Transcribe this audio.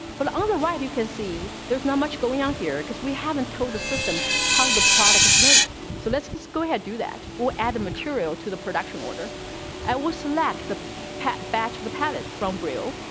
but other right, you can see there's not much going on here because we haven't told the system how the product is made. so let's just go ahead, do that. we'll add the material to the production order that ah will select the pat batch of the pan it from brio.